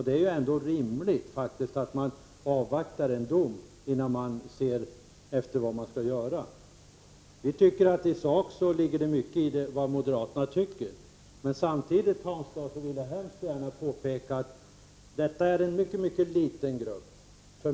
Det är ändå rimligt att man avvaktar en dom innan man ser efter vad man skall göra. I sak ligger det mycket i vad moderaterna tycker, men samtidigt vill jag gärna påpeka att detta är en mycket liten grupp.